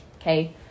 Okay